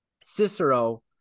Cicero